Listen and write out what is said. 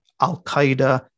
al-Qaeda